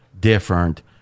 different